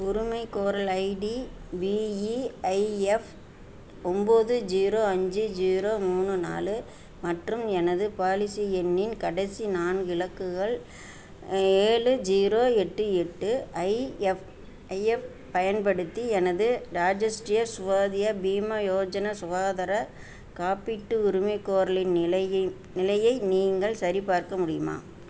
உரிமைக்கோரல் ID PEIF ஒம்பது zero அஞ்சு ஜீரோ மூணு நாலு மற்றும் எனது பாலிசி எண்ணின் கடைசி நான்கு இலக்குகள் ஏழு ஜீரோ எட்டு எட்டு ஐஎஃப் ஐயப் பயன்படுத்தி எனது ராஜஷ்டிரிய ஸ்வாதிய பீம யோஜனா சுகாதார காப்பீட்டு உரிமைக்கோரலின் நிலையை நிலையை நீங்கள் சரிபார்க்க முடியுமா